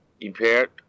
impaired